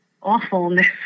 awfulness